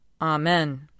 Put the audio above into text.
Amen